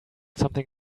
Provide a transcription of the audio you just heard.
something